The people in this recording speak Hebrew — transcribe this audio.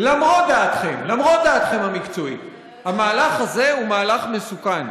למרות דעתכם המקצועית, המהלך הזה הוא מהלך מסוכן.